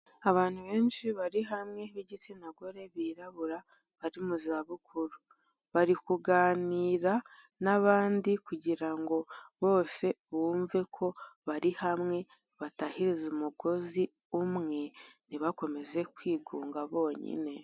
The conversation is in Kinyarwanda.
Abantu benshi bari hamwe b'igitsina gore, birabura, bari mu zabukuru, bari kuganira n'abandi kugira ngo bose bumve ko bari hamwe, batahize umugozi umwe, ntibakomeze kwigunga bonyine.